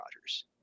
Rodgers